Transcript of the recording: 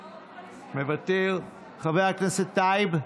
מוותר, חבר הכנסת טייב,